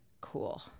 Cool